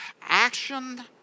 action